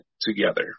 together